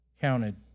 counted